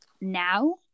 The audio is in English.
now